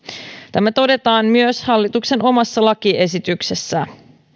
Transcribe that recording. tämä todetaan myös hallituksen omassa lakiesityksessä